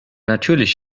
natürlich